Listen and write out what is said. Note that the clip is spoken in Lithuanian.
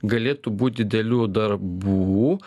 galėtų būt didelių darbų